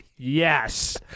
Yes